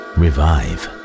revive